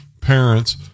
parents